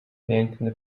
piękny